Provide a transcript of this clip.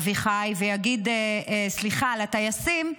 אביחי, ויגיד סליחה לטייסים,